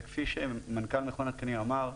וכפי שמנכ"ל מכון התקנים אמר,